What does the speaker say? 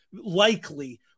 likely